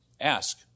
Ask